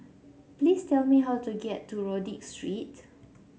please tell me how to get to Rodyk Street